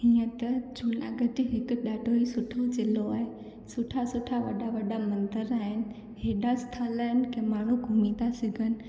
हीअं त जूनागढ़ हिकु ॾाढो ई सुठो ज़िलो आहे सुठा सुठा वॾा वॾा मंदर आहिनि हेॾा स्थल आहिनि की माण्हू घुमी था सघनि